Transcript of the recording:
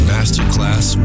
Masterclass